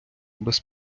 без